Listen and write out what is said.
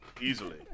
Easily